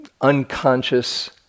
unconscious